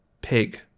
Pig